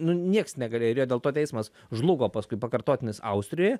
nu nieks negalėjo ir jo dėl to teismas žlugo paskui pakartotinis austrijoje